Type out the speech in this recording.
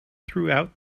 throughout